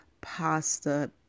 pasta